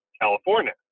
California